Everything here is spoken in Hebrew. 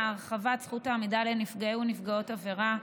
(הרחבת זכות העמידה לנפגעי ונפגעות עבירה),